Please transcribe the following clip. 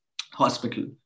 hospital